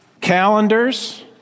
calendars